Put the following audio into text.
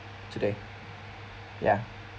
today ya